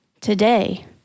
Today